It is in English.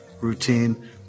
routine